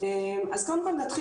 זה נתיב